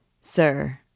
Sir